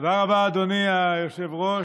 תודה רבה, אדוני היושב-ראש.